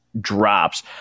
drops